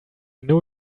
know